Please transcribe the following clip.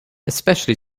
especially